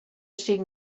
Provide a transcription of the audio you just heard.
cinc